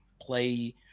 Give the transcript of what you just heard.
Play